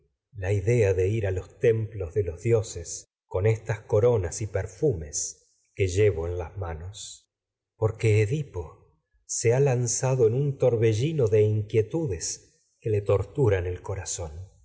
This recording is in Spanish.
co idea de ir a templos de los dioses llevo en con ronas y perfumes en que un las manos de porque edipo qub le un se ha lanzado torbellino inquietudes como torturan el corazón